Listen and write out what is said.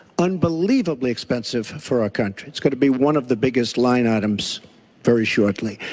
unbelievably expensive for our country. it's going to be one of the biggest line items very shortly.